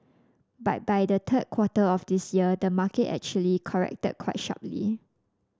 but by the third quarter of this year the market actually corrected quite sharply